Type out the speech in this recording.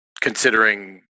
considering